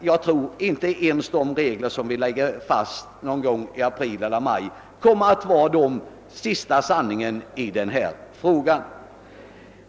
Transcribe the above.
Jag tror inte heller att de regler som vi skall lägga fast någon gång i april eller maj kommer att vara den sista sanningen i denna fråga.